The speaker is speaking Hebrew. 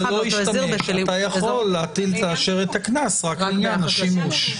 אתה יכול לאשר את הקנס רק לעניין השימוש.